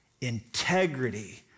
integrity